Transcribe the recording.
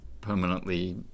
permanently